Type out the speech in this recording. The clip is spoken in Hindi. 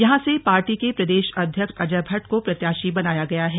यहां से पार्टी के प्रदेश अध्यक्ष अजय भट्ट को प्रत्याशी बनाया गया है